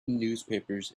newspapers